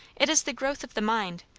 it is the growth of the mind,